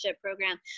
program